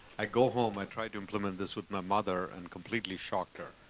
i go home. i tried to implement this with my mother and completely shocked her.